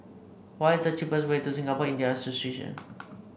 what is the cheapest way to Singapore Indian Association